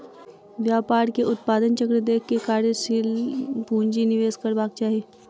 व्यापार के उत्पादन चक्र देख के कार्यशील पूंजी निवेश करबाक चाही